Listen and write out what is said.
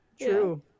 True